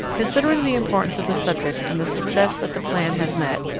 considering the importance of the subject and the success that the plan has met,